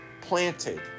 planted